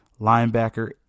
linebacker